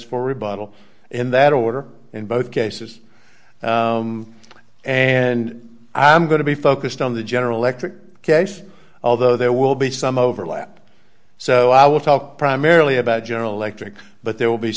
for rebuttal in that order in both cases and i'm going to be focused on the general electric case although there will be some overlap so i will talk primarily about general electric but there will be